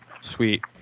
sweet